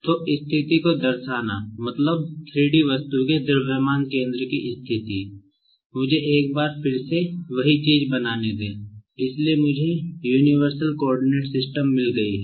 तो स्थिति को दर्शानामतलब 3 D वस्तु के द्रव्यमान केंद्र है